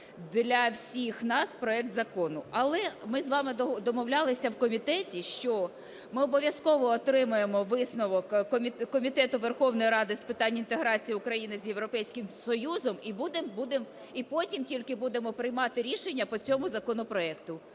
для всіх нас проект закону. Але ми з вами домовлялися в комітеті, що ми обов'язково отримаємо висновок Комітету Верховної Ради з питань інтеграції України з Європейським Союзом і потім тільки будемо приймати рішення по цьому законопроекту.